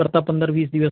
કરતા પંદર વીસ દિવસ